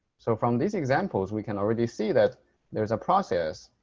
so from these examples we can already see that there's a process